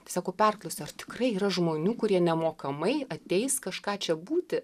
sako perklausiu ar tikrai yra žmonių kurie nemokamai ateis kažką čia būti